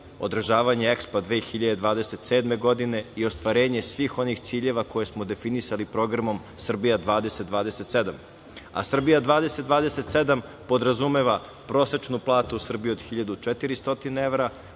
održavanje EKSPO 2027. godine i ostvarenje svih onih ciljeva koje smo definisali programom Srbija 20-27. A Srbija 20-27 podrazumeva prosečnu platu u Srbiji od 1400 evra,